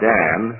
Dan